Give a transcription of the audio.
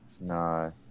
No